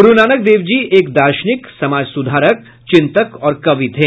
गुरु नानक देव जी एक दार्शनिक समाज सुधारक चिंतक और कवि थे